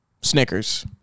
Snickers